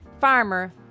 farmer